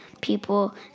people